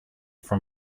from